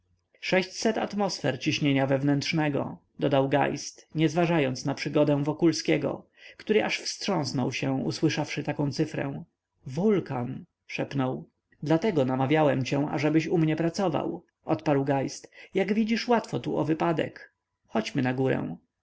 sześćset atmosfer ciśnienia wewnętrznego dodał geist nie zważając na przygodę wokulskiego który aż wstrząsnął się usłyszawszy taką cyfrę wulkan szepnął dlatego namawiałem cię ażebyś u mnie pracował odparł geist jak widzisz łatwo tu o wypadek chodźmy na górę